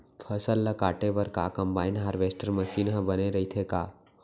फसल ल काटे बर का कंबाइन हारवेस्टर मशीन ह बने रइथे का?